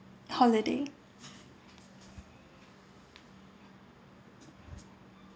holiday